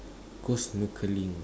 go snorkeling